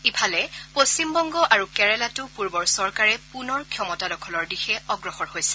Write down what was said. ইফালে পশ্চিমবংগ আৰু কেৰালাতো পূৰ্বৰ চৰকাৰে পুনৰ ক্ষমতা দখলৰ দিশে অগ্ৰসৰ হৈছে